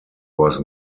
was